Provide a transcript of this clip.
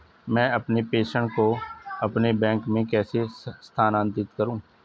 मैं अपने प्रेषण को अपने बैंक में कैसे स्थानांतरित करूँ?